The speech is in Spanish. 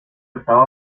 estaba